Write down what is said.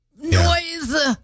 noise